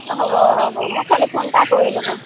অঁ হ'ব হ'ব মোক খালি ফোন এটা কৰি ল'ব